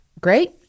Great